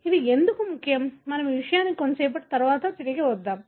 ఇది ఎందుకు ముఖ్యం మనము ఈ విషయానికి కొంచెంసేపటి తరువాత తిరిగి వస్తాము